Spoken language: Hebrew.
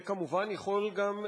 זה כמובן יכול גם,